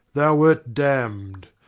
thou wert damned.